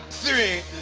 three.